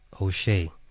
O'Shea